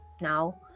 now